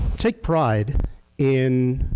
take pride in